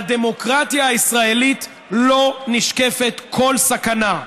לדמוקרטיה הישראלית לא נשקפת כל סכנה.